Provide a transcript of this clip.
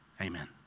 Amen